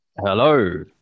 hello